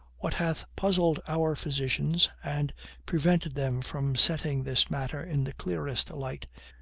what hath puzzled our physicians, and prevented them from setting this matter in the clearest light,